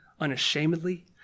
unashamedly